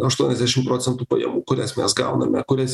aštuoniasdešim procentų pajamų kurias mes gauname kurias